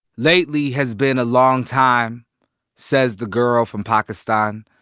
lately has been a long time says the girl from pakistan,